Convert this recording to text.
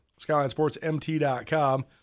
SkylineSportsMT.com